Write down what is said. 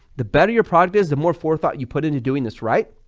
the better your product is, the more forethought you put into doing this right,